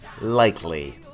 likely